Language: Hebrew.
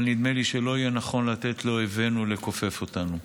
אבל נדמה לי שלא יהיה נכון לתת לאויבינו לכופף אותנו,